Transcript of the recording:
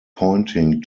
pointing